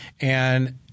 And-